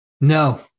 No